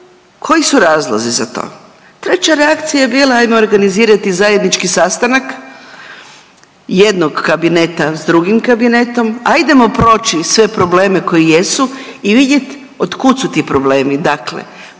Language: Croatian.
koji su razlozi za to. Treća reakcija je bila ajmo organizirati zajednički sastanak jednog kabineta s drugim kabinetom, ajdemo proći sve probleme koji jesu i vidjet od kud su ti problemi. Dakle,